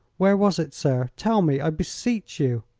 where was it, sir? tell me, i beseech you!